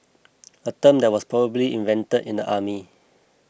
a term that was probably invented in the army